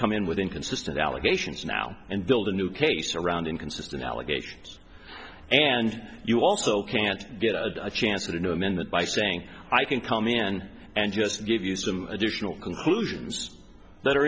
come in with inconsistent allegations now and build a new case around inconsistent allegations and you also can't get a chance a new amendment by saying i can come in and just give you some additional conclusions